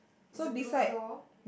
is a blue door